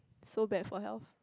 so bad for health